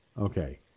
okay